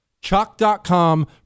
Chalk.com